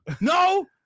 no